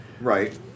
right